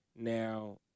Now